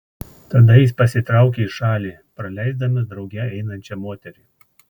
tada jis pasitraukia į šalį praleisdamas drauge einančią moterį